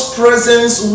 presence